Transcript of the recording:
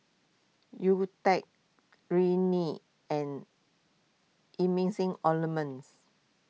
Nutren Rene and Emulsying Ointments